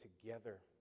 together